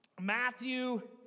Matthew